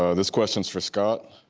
ah this question's for scott.